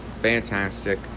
Fantastic